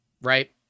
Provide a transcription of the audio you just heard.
right